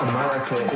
America